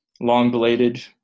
long-belated